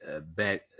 back